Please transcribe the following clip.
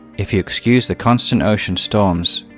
if you excuse the constant ocean storms,